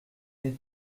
n’est